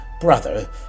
Brother